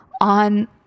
on